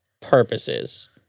purposes